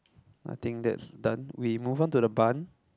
I think that's done we move on to the barn